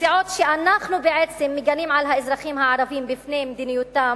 מסיעות שאנחנו בעצם מגינים על האזרחים הערבים בפני מדיניותן,